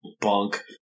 bunk